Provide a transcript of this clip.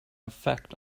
effect